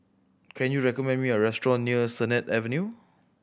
can you recommend me a restaurant near Sennett Avenue